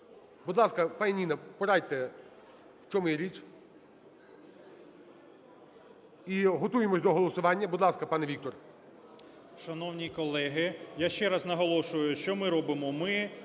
Будь ласка, пані Ніна, порадьте, в чому є річ. І готуємося до голосування. Будь ласка, пане Віктор. 17:17:17 ГАЛАСЮК В.В. Шановні колеги, я ще раз наголошую, що ми робимо.